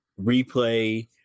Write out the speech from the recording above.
replay –